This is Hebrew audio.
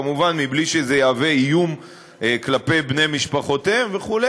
כמובן מבלי שזה יהווה איום כלפי בני משפחותיהם וכו',